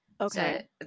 Okay